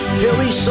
Philly